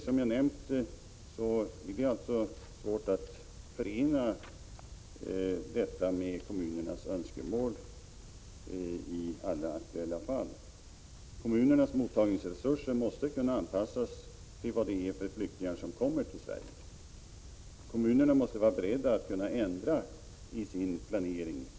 Som jag nämnde är det alltså svårt att åstadkomma en anpassning i alla aktuella fall. Kommunernas mottagningsresurser måste kunna anpassas med hänsyn till vilka flyktingar som kommer till Sverige. Vid behov måste kommunerna vara beredda att ändra sin planering.